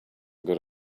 good